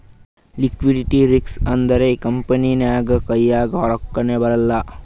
liquidity risk ಅಂದುರ್ company ನಾಗ್ ಕೈನಾಗ್ ರೊಕ್ಕಾನೇ ಬರಲ್ಲ